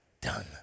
done